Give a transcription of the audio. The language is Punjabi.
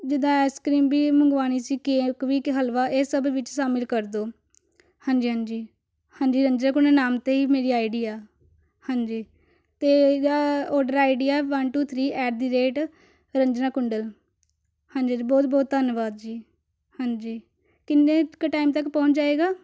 ਜਿੱਦਾਂ ਆਈਸਕ੍ਰੀਮ ਵੀ ਮੰਗਵਾਉਣੀ ਸੀ ਕੇਕ ਵੀ ਇੱਕ ਹਲਵਾ ਇਹ ਸਭ ਵਿੱਚ ਸ਼ਾਮਲ ਕਰ ਦਿਓ ਹਾਂਜੀ ਹਾਂਜੀ ਹਾਂਜੀ ਰੰਜਨਾ ਕੁੰਡ ਨਾਮ 'ਤੇ ਹੀ ਮੇਰੀ ਆਈ ਡੀ ਆ ਹਾਂਜੀ ਅਤੇ ਇਹਦਾ ਔਡਰ ਆਈ ਡੀ ਆ one two three at the rate Ranjana Kundal ਹਾਂਜੀ ਹਾਂਜੀ ਬਹੁਤ ਬਹੁਤ ਧੰਨਵਾਦ ਜੀ ਹਾਂਜੀ ਕਿੰਨੇ ਕੁ ਟਾਈਮ ਤੱਕ ਪਹੁੰਚ ਜਾਵੇਗਾ